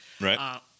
Right